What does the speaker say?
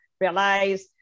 realize